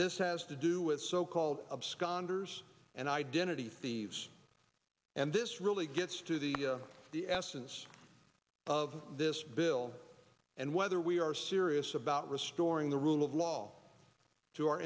this has to do with so called absconders and identity thieves and this really gets to the the essence of this bill and whether we are serious about restoring the rule of law to our